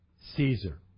Caesar